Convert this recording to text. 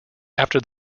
after